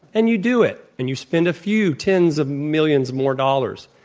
and you do it, and you spend a few tens of millions more dollars.